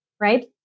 right